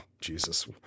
Jesus